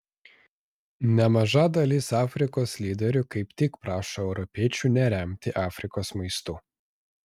nemaža dalis afrikos lyderių kaip tik prašo europiečių neremti afrikos maistu